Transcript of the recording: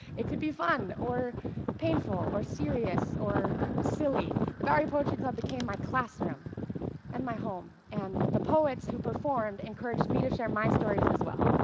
it could be fun or painful or serious or silly. the bowery poetry club became my classroom and my home, and the poets who performed encouraged me to share my stories as well.